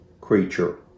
creature